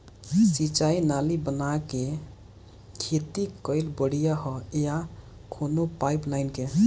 सिंचाई नाली बना के खेती कईल बढ़िया ह या कवनो पाइप लगा के?